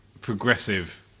progressive